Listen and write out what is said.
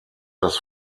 das